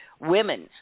women